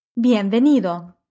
Bienvenido